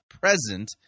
present